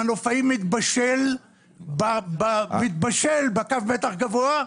המנופאי מתבשל בקו המתח הגבוה.